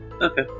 Okay